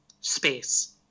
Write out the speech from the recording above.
space